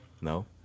No